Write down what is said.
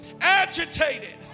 agitated